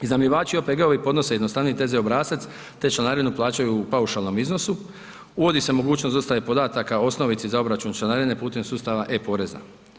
Iznajmljivači i OPG-ovi podnose jednostavniji TZ obrazac te članarinu plaćaju u paušalnom iznosu, uvodi se mogućnost dostave podataka osnovici za obračun članarine putem sustava e-porezna.